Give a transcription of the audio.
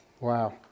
wow